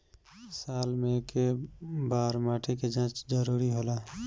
साल में केय बार मिट्टी के जाँच जरूरी होला?